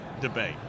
debate